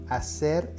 Hacer